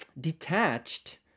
detached